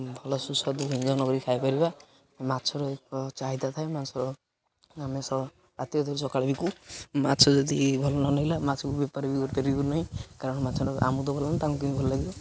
ଭଲ ସୁସ୍ୱାଦୁ ବ୍ୟଞ୍ଜନ କରି ଖାଇପାରିବା ମାଛର ଏକ ଚାହିଦା ଥାଏ ମାଛର ଆମେ ରାତିରେ ଧରି ସକାଳୁ ବିକୁ ମାଛ ଯଦି ଭଲ ନ ଲାଗିଲା ମାଛକୁ ବେପାର ବି କରିପାରିବୁ ନାହିଁ କାରଣ ମାଛ ଆମକୁ ତ ଭଲ ଲାଗୁନି ତାଙ୍କୁ କେମିତି ଭଲ ଲାଗିବ